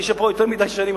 אני יושב פה יותר מדי שנים,